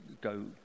go